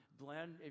blend